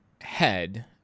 head